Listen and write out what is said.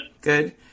Good